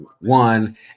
one